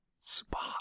Spot